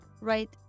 Right